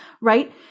right